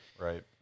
Right